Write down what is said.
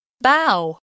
Bow